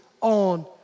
on